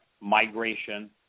migration